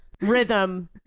rhythm